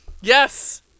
Yes